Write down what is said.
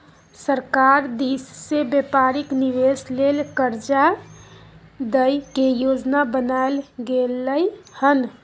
सरकार दिश से व्यापारिक निवेश लेल कर्जा दइ के योजना बनाएल गेलइ हन